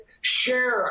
share